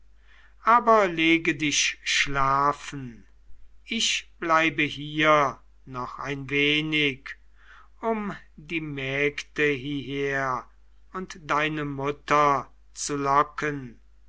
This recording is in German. aber lege dich schlafen ich bleibe hier noch ein wenig um die mägde hieher und deine mutter zu locken